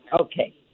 Okay